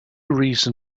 reason